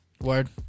Word